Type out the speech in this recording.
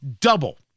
double